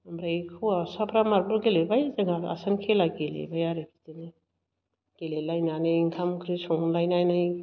ओमफ्राय हौवासाफ्रा मार्बल गेलेबाय जोंहा आसान खेला गेलेबाय आरो बिदिनो गेलेलायनानै ओंखाम ओंख्रि संलायनानै